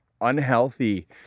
unhealthy